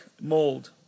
mold